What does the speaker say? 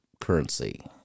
currency